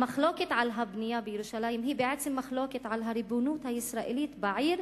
המחלוקת על הבנייה בירושלים היא בעצם מחלוקת על הריבונות הישראלית בעיר,